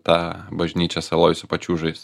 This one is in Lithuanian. tą bažnyčią saloj su pačiūžais